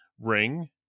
ring